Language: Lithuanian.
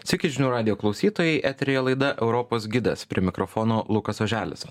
sveiki žinių radijo klausytojai eteryje laida europos gidas prie mikrofono lukas oželis